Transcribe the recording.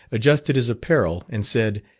adjusted his apparel, and said,